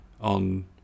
on